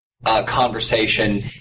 conversation